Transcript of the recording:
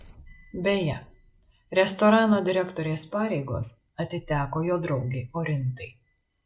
beje restorano direktorės pareigos atiteko jo draugei orintai